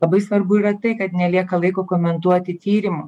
labai svarbu yra tai kad nelieka laiko komentuoti tyrimo